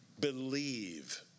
believe